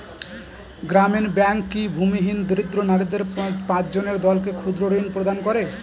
গ্রামীণ ব্যাংক কি ভূমিহীন দরিদ্র নারীদের পাঁচজনের দলকে ক্ষুদ্রঋণ প্রদান করে?